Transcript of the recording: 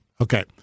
Okay